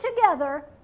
together